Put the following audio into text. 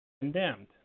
condemned